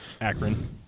Akron